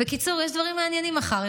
בקיצור, יש דברים מעניינים מחר.